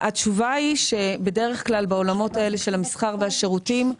התשובה היא שבדרך כלל בעולמות האלה של המסחר והשירותים,